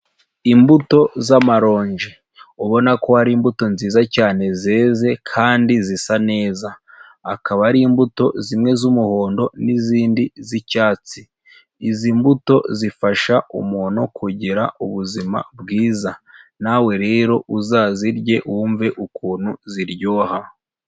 Imbuto z'amaronji ubona ko hari imbuto nziza cyane zeze kandi zisa neza, akaba ari imbuto zimwe z'umuhondo n'izindi z'icyatsi, izi mbuto zifasha umuntu kugira ubuzima bwiza, nawe rero uzazirye wumve ukuntu ziryoha.